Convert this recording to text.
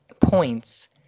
points